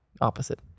opposite